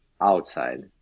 outside